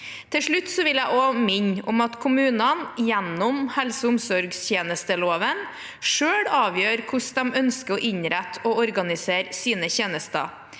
Til slutt vil jeg også minne om at kommunene, gjennom helse- og omsorgstjenesteloven, selv avgjør hvordan de ønsker å innrette og organisere sine tjenester.